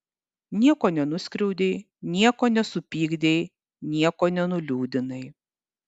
nieko nenuskriaudei nieko nesupykdei nieko nenuliūdinai